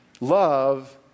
Love